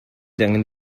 can